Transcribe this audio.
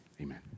Amen